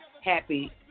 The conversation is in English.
happy